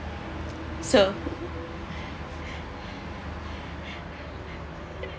so